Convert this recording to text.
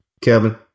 Kevin